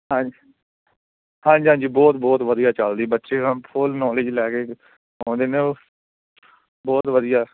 ਹਾਂਜੀ ਹਾਂਜੀ ਹਾਂਜੀ ਬਹੁਤ ਬਹੁਤ ਵਧੀਆ ਚੱਲਦੀ ਬੱਚੇ ਨ ਫੁੱਲ ਨੋਲੇਜ ਲੈ ਕੇ ਆਉਂਦੇ ਨੇ ਉਹ ਬਹੁਤ ਵਧੀਆ